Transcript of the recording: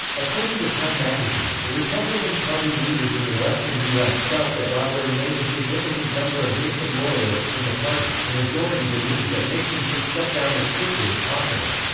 according to time magazine, the republican party leaders in the western u s. felt that while there remained a significant number of nixon loyalists in the party, the majority believed that nixon should step down as quickly as possible.